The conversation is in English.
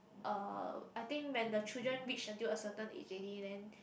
uh I think when the children reach until a certain age already then